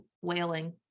whaling